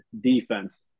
defense